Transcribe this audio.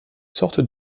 sorte